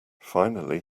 finally